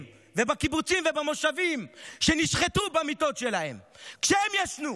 ובקיבוצים ובמושבים שנשחטו במיטות שלהם כשהם ישנו.